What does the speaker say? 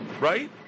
right